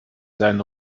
sein